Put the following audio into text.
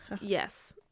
Yes